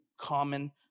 common